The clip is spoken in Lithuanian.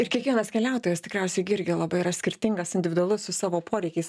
ir kiekvienas keliautojas tikriausiai irgi labai yra skirtingas individualus su savo poreikiais